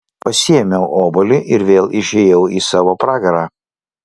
pasiėmiau obuolį ir vėl išėjau į savo pragarą